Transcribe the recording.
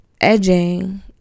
edging